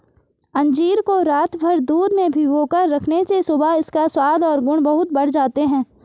अंजीर को रातभर दूध में भिगोकर रखने से सुबह इसका स्वाद और गुण बहुत बढ़ जाते हैं